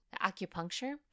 acupuncture